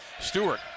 Stewart